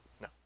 No